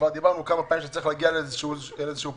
כבר אמרנו כמה פעמים שצריך להגיע לאיזשהו פתרון,